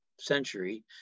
century